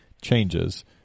changes